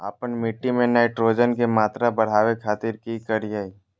आपन मिट्टी में नाइट्रोजन के मात्रा बढ़ावे खातिर की करिय?